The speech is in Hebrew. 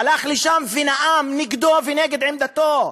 הלך לשם ונאם נגדו ונגד עמדתו,